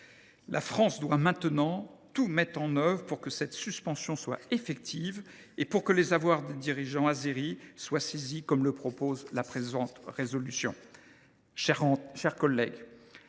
La France doit maintenant tout mettre en œuvre pour que cette suspension soit effective et pour que les avoirs des dirigeants azéris soient saisis, comme le prévoit la présente proposition